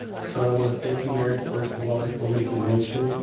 so i want to thank you, mayor, first of all, before making the motion,